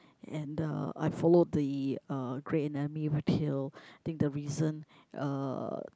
and the I follow the uh grey anatomy till think the reason uh